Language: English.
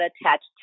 attached